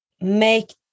make